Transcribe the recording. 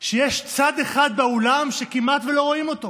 הוא שיש צד אחד באולם שכמעט שלא רואים אותו.